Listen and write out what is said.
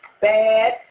bad